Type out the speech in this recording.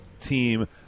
team